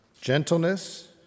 gentleness